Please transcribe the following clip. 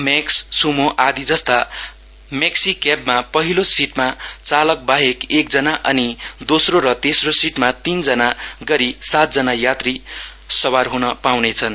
makes Sumo आदि जस्ता maxi क्यानमा पहिलो सिटमा चालक बाहेक एक जना अनि दोश्रो र तेश्रो सिटमा तीन तीन जना गरी सातजना यात्री सवार हन पाउनेछन्